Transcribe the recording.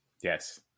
Yes